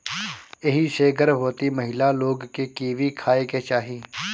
एही से गर्भवती महिला लोग के कीवी खाए के चाही